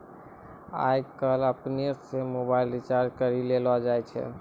आय काइल अपनै से मोबाइल रिचार्ज करी लेलो जाय छै